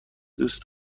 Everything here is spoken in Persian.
دوست